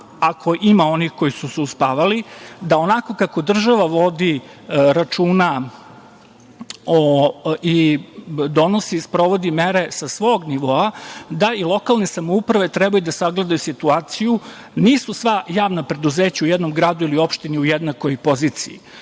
ako ima onih koji su se uspavali, da onako kako država vodi računa i donosi i sprovodi mere sa svog nivoa, da i lokalne samouprave treba da sagledaju situaciju. Nisu sva javna preduzeća u jednom gradu ili opštini u jednakoj poziciji.